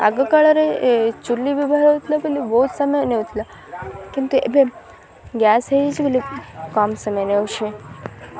ଆଗକାଳରେ ଚୁଲି ବ୍ୟବହାର ହଉଥିଲା କିନ୍ତୁ ବହୁତ ସମୟ ନେଉଥିଲା କିନ୍ତୁ ଏବେ ଗ୍ୟାସ୍ ହେଇଯାଇଛି ବୋଲି କମ୍ ସମୟ ନଉଛି